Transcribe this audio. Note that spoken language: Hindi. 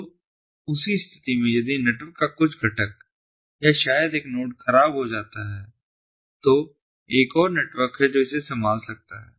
तो उसी स्थिति में यदि नेटवर्क का कुछ घटक या शायद एक नोड खराब हो जाता है है तो एक और नेटवर्क है जो इसे संभाल सकता है